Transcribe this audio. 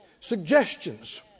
suggestions